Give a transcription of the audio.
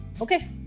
Okay